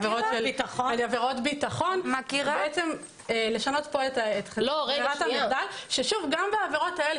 עבירות של ביטחון לשנות כאן את ברירת המחדל כאשר גם בעבירות האלה,